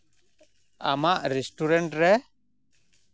ᱟᱢᱟᱜ ᱨᱮᱥᱴᱩᱨᱮᱱᱴ ᱨᱮ